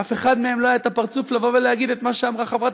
לאף אחד מהם לא היה את הפרצוף לבוא ולהגיד את מה שאמרה חברת